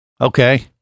Okay